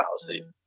policy